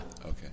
Okay